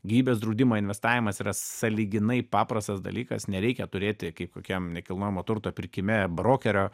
gyvybės draudimą investavimas yra sąlyginai paprastas dalykas nereikia turėti kaip kokiam nekilnojamojo turto pirkime brokerio